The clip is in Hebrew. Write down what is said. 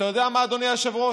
אתה יודע מה, אדוני היושב-ראש?